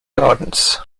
gardens